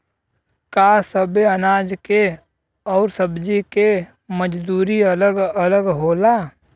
का सबे अनाज के अउर सब्ज़ी के मजदूरी अलग अलग होला?